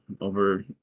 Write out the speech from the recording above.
over